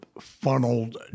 funneled